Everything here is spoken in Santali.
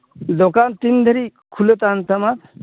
ᱫᱚᱠᱟᱱ ᱛᱤᱱ ᱫᱷᱟᱹᱨᱤᱡ ᱠᱷᱩᱞᱟᱹᱣ ᱛᱟᱦᱮᱱ ᱛᱟᱢᱟ